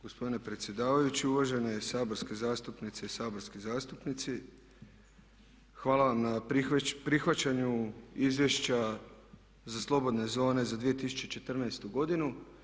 Gospodine predsjedavajući, uvažene saborske zastupnice i saborski zastupnici hvala vam na prihvaćanju Izvješća za slobodne zone za 2014. godinu.